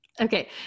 okay